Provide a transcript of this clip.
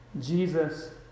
Jesus